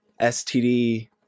std